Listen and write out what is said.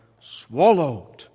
swallowed